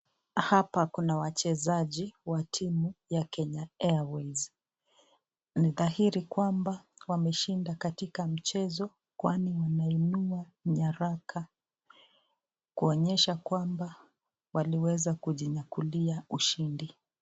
Hapa kuna wachezaji wa timu ya Kenya Airways. Ni dhahiri kwamba wameshinda katika mchezo kwani wameinua nyaraka kuonyesha kwamba waliweza kujinyakulia ushindi.